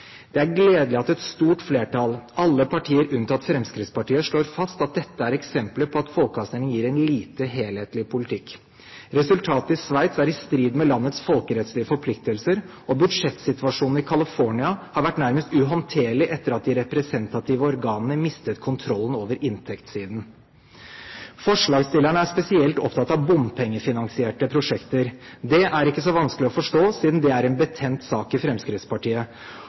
Det er gledelig at et stort flertall – alle partier unntatt Fremskrittspartiet – slår fast at dette er eksempler på at folkeavstemninger gir en lite helhetlig politikk. Resultatet i Sveits er i strid med landets folkerettslige forpliktelser, og budsjettsituasjonen i California har vært nærmest uhåndterlig etter at de representative organene mistet kontrollen over inntektssiden. Forslagsstillerne er spesielt opptatt av bompengefinansierte prosjekter. Det er ikke så vanskelig å forstå, siden det er en betent sak i Fremskrittspartiet